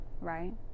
right